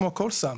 כמו כל סם,